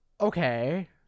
Okay